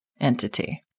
entity